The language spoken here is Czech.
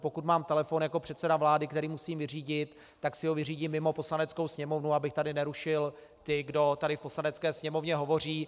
Pokud mám telefon jako předseda vlády, který musím vyřídit, tak si ho vyřídím mimo Poslaneckou sněmovnu, abych tady nerušil ty, kdo tady v Poslanecké sněmovně hovoří.